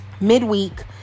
midweek